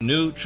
New